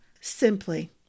Simply